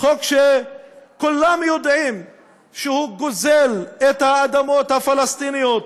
חוק שכולם יודעים שהוא גוזל את האדמות הפלסטיניות